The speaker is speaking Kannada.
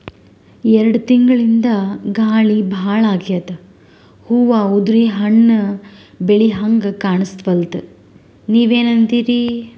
ಎರೆಡ್ ತಿಂಗಳಿಂದ ಗಾಳಿ ಭಾಳ ಆಗ್ಯಾದ, ಹೂವ ಉದ್ರಿ ಹಣ್ಣ ಬೆಳಿಹಂಗ ಕಾಣಸ್ವಲ್ತು, ನೀವೆನಂತಿರಿ?